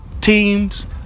teams